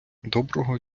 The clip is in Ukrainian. доброго